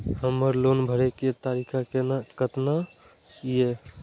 हमर लोन भरे के तारीख केतना ये?